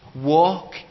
Walk